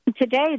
Today